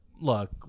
look